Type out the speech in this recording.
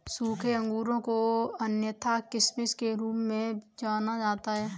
सूखे अंगूर को अन्यथा किशमिश के रूप में जाना जाता है